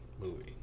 movie